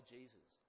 Jesus